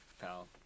pal